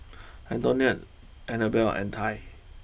Antionette Annabell and Tai